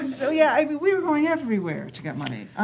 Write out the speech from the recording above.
so yeah, i mean, we were going everywhere to get money.